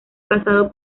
casado